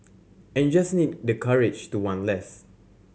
and you just need the courage to want less